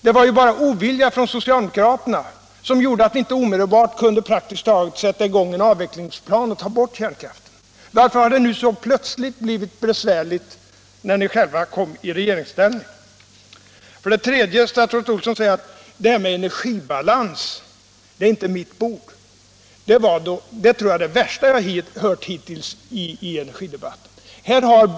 Det var bara ovilja hos socialdemokraterna som gjorde att man inte praktiskt taget omedelbart kunde sätta i gång en avvecklingsplan och ta bort kärnkraften! Varför har det nu så plötsligt blivit besvärligt när ni själva kommit i regeringsställning? Slutligen säger statsrådet Olsson att detta med energibalansen inte är hennes bord. Det tror jag är det värsta jag hittills hört i energidebatten.